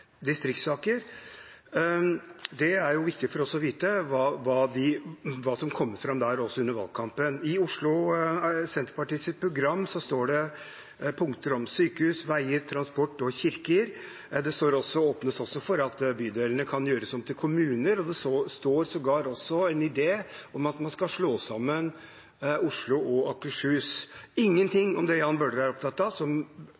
Det er jo viktig for oss å vite hva som kommer fram der også under valgkampen. Når det gjelder Oslo, står det i Senterpartiets program punkter om sykehus, veier, transport og kirker. Det åpnes også for at bydelene kan gjøres om til kommuner, og det er sågar en idé om at man skal slå sammen Oslo og Akershus. Det står ingenting om det Jan Bøhler er opptatt av, som